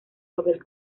papel